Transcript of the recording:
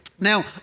Now